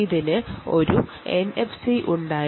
ഇതിന് ഒരു എൻഎഫ്സി ഉണ്ടായിരുന്നു